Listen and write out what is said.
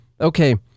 Okay